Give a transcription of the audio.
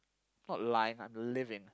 not lying I'm living